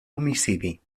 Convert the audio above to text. homicidi